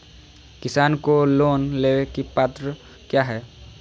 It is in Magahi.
किसान को लोन लेने की पत्रा क्या है?